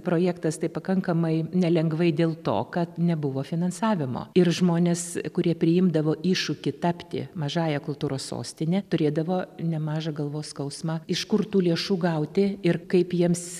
projektas taip pakankamai nelengvai dėl to kad nebuvo finansavimo ir žmonės kurie priimdavo iššūkį tapti mažąja kultūros sostine turėdavo nemažą galvos skausmą iš kur tų lėšų gauti ir kaip jiems